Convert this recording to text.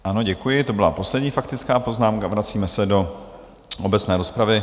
Ano, děkuji, to byla poslední faktická poznámka, vracíme se do obecné rozpravy.